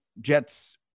Jets